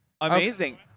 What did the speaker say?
Amazing